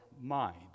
mind